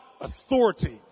authority